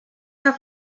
have